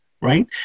right